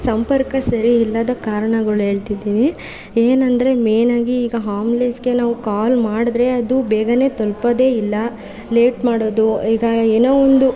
ಸಂಪರ್ಕ ಸರಿ ಇಲ್ಲದ ಕಾರಣಗಳು ಹೇಳ್ತಿದ್ದೀನಿ ಏನಂದರೆ ಮೇನಾಗಿ ಈಗ ಆಂಬ್ಲೆನ್ಸ್ಗೆ ನಾವು ಕಾಲ್ ಮಾಡಿದ್ರೆ ಅದು ಬೇಗನೇ ತಲ್ಪೋದೇಯಿಲ್ಲ ಲೇಟ್ ಮಾಡೋದು ಈಗ ಏನೋ ಒಂದು